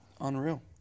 Unreal